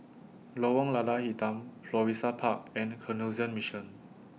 Lorong Lada Hitam Florissa Park and Canossian Mission